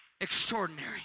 extraordinary